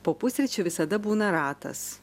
po pusryčių visada būna ratas